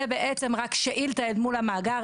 זה בעצם רק שאילתה אל מול המאגר,